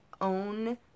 own